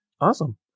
Awesome